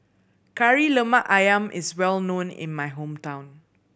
Kari Lemak Ayam is well known in my hometown